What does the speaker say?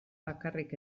bakarrik